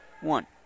one